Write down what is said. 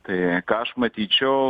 tai ką aš matyčiau